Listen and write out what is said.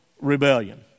rebellion